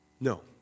No